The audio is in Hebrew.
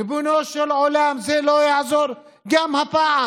ריבונו של עולם, זה לא יעזור גם הפעם.